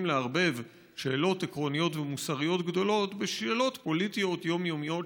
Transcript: לערבב שאלות עקרוניות ומוסריות גדולות עם שאלות פוליטיות יומיומיות,